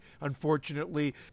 unfortunately